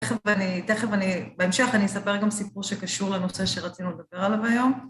תכף אני, בהמשך אני אספר גם סיפור שקשור לנושא שרצינו לדבר עליו היום.